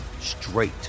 straight